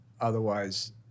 otherwise